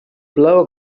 blow